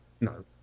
no